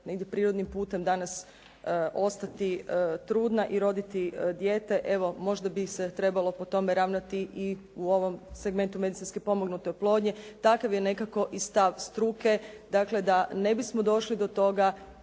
negdje prirodnim putem danas ostati trudna i roditi dijete. Evo, možda bi se trebalo po tome ravnati i u ovom segmentu medicinski pomognute oplodnje. Takav je nekako i stav struke, dakle da ne bismo došli do toga